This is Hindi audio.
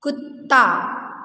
कुत्ता